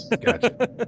Gotcha